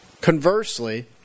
Conversely